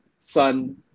Sun